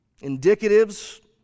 Indicatives